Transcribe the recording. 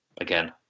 Again